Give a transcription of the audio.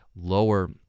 lower